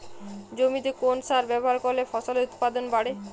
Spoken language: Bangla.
জমিতে কোন সার ব্যবহার করলে ফসলের উৎপাদন বাড়ে?